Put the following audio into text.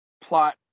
plot